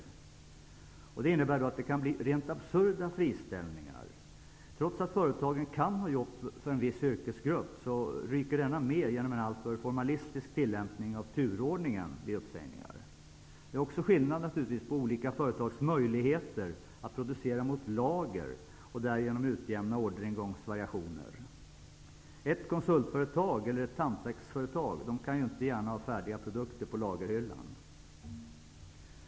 Detta innebär att det kan bli rent absurda friställningar. Trots att företagen kan ha jobb för en viss yrkesgrupp, ryker denna med genom en alltför formalistisk tillämpning av turordningen vid uppsägningar. Det är också skillnad på olika företags möjligheter att producera mot lager och att därigenom utjämna orderingångsvariationer. Ett konsultföretag eller ett hantverksföretag kan inte gärna ha färdiga produkter på lagerhyllan.